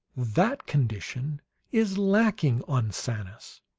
that condition is lacking on sanus!